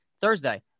Thursday